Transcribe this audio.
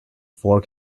four